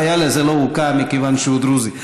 הוא לא הוכה מכיוון שהוא דרוזי.